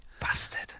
Bastard